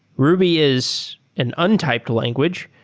ruby is an untyped language.